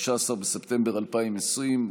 16 בספטמבר 2020,